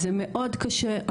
זה מאוד קשה,